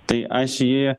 tai aš jį